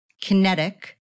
kinetic